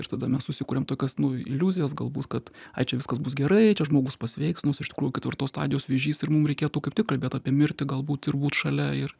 ir tada mes susikuriam tokias nu iliuzijas galbūt kad ai čia viskas bus gerai čia žmogus pasveiks nors iš tikrųjų ketvirtos stadijos vėžys ir mum reikėtų kaip tik kalbėt apie mirtį galbūt ir būt šalia ir